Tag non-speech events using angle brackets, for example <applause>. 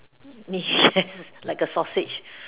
<breath> yes like a sausage